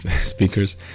speakers